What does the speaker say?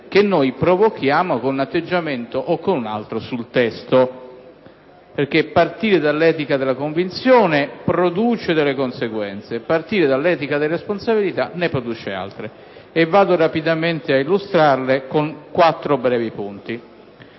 che noi provochiamo con un atteggiamento o con un altro sul testo. Infatti, partire dall'etica della convinzione produce delle conseguenze, mentre partire dall'etica della responsabilità ne produce altre, che vado rapidamente a illustrare in quattro brevi punti.